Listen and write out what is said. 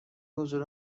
حضور